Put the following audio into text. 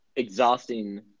exhausting